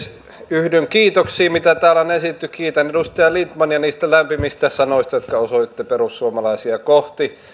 yhdyn kiitoksiin mitä täällä on esitetty kiitän edustaja lindtmania niistä lämpimistä sanoista jotka osoititte perussuomalaisia kohti